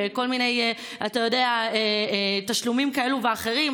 גם כל מיני תשלומים כאלה ואחרים,